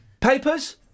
Papers